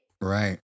Right